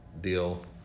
deal